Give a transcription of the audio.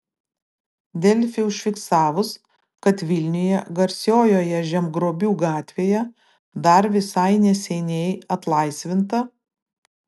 delfi užfiksavus kad vilniuje garsiojoje žemgrobių gatvėje dar visai neseniai atlaisvinta